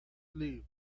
belief